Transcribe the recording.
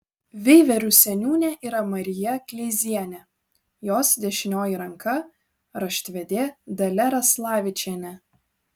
veiverių seniūnė yra marija kleizienė jos dešinioji ranka raštvedė dalia raslavičienė